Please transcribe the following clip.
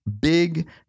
big